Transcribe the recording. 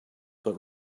but